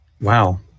wow